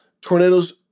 Tornadoes